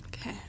Okay